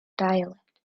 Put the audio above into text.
dialect